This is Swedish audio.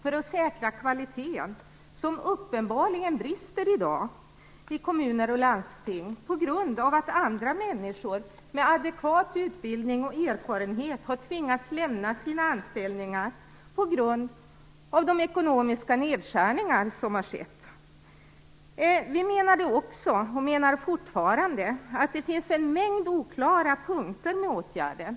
De ska säkra kvaliteten, som uppenbarligen brister i dag i kommuner och landsting, på grund av att andra människor med adekvat utbildning och erfarenhet har tvingats lämna sina anställningar efter de ekonomiska nedskärningar som skett. Fortfarande menar vi också att det finns en mängd oklara punkter i åtgärden.